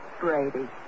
Brady